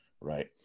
right